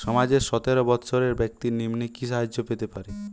সমাজের সতেরো বৎসরের ব্যাক্তির নিম্নে কি সাহায্য পেতে পারে?